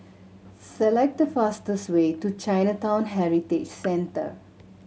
select the fastest way to Chinatown Heritage Centre